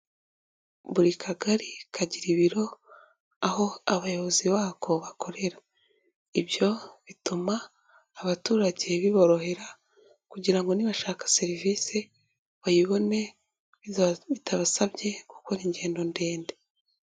Buri kagari kagira ibiro aho abayobozi bako bakorera, ibyo bituma abaturage biborohera kugira ngo nibashaka serivisi bayibone bitabasabye gukora ingendo ndende.